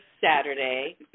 Saturday